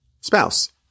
spouse